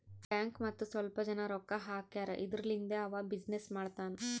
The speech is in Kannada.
ಬ್ಯಾಂಕ್ ಮತ್ತ ಸ್ವಲ್ಪ ಜನ ರೊಕ್ಕಾ ಹಾಕ್ಯಾರ್ ಇದುರ್ಲಿಂದೇ ಅವಾ ಬಿಸಿನ್ನೆಸ್ ಮಾಡ್ತಾನ್